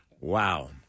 Wow